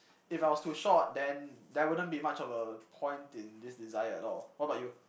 if I was too short then there wouldn't be much of a point in this desire at all what about you